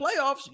playoffs